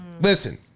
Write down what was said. Listen